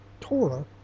Torah